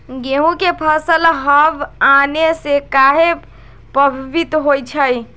गेंहू के फसल हव आने से काहे पभवित होई छई?